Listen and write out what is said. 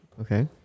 Okay